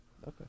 okay